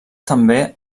també